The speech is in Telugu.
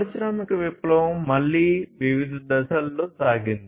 పారిశ్రామిక విప్లవం మళ్ళీ వివిధ దశలలో సాగింది